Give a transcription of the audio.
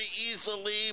easily